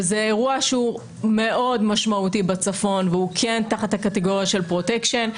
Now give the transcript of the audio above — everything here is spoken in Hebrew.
וזה אירוע שהוא מאוד משמעותי בצפון והוא כן תחת הקטגוריה של פרוטקשן,